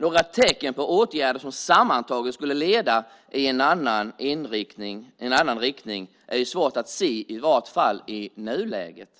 Några tecken på åtgärder som sammantaget skulle leda i en annan riktning är svårt att se i nuläget.